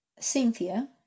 Cynthia